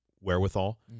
wherewithal